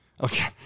Okay